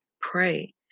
pray